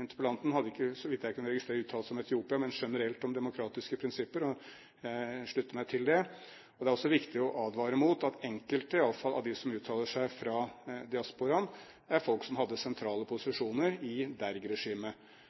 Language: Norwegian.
interpellanten, hadde, så vidt jeg kunne registrere, ikke uttalt seg om Etiopia, men generelt om demokratiske prinsipper. Jeg slutter meg til det. Det er også viktig å advare mot at enkelte iallfall av dem som uttaler seg fra diasporaen, er folk som hadde sentrale